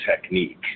technique